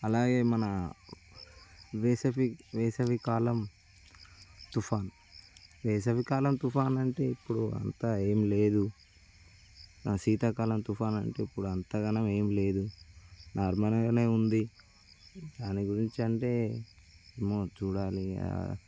అలాగే మన వేసవి వేసవికాలం తుఫాన్ వేసవికాలం తుఫాను అంటే ఇప్పుడు అంత ఏం లేదు ఆ శీతాకాలం తుఫాను అంటే ఇప్పుడు అంతగానం ఏం లేదు నార్మల్ గానే ఉంది దాని గురించి అంటే ఏమో చూడాలి